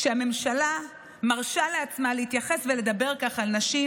כשהממשלה מרשה לעצמה להתייחס ולדבר כך על נשים,